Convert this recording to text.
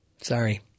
sorry